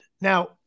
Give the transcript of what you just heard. Now